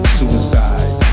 suicide